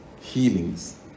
healings